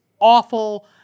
awful